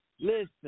listen